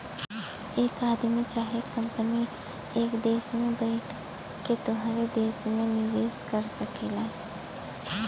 एक आदमी चाहे कंपनी एक देस में बैइठ के तोहरे देस मे निवेस कर सकेला